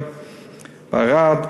בערד,